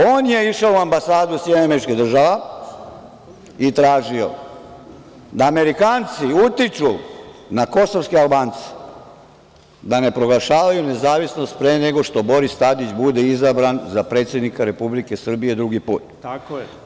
On je išao u ambasadu SAD i tražio da Amerikanci utiču na kosovske Albance da ne proglašavaju nezavisnost pre nego što Boris Tadić bude izabran za predsednika Republike Srbije drugi put.